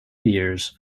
years